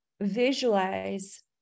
visualize